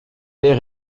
est